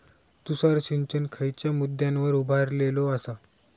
तुषार सिंचन खयच्या मुद्द्यांवर उभारलेलो आसा?